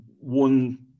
one